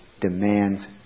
demands